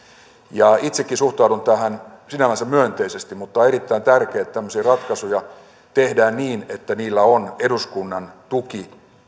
tehdään itsekin suhtaudun tähän sinällänsä myönteisesti mutta on erittäin tärkeätä että tämmöisiä ratkaisuja tehdään niin että niillä on eduskunnan tuki